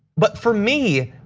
but for me,